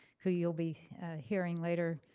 who you'll be hearing later,